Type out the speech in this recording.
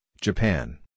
Japan